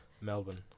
Melbourne